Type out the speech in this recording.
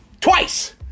twice